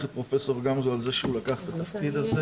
קודם כל אני רוצה לברך את פרופ' גמזו על זה שהוא לקח את התפקיד הזה.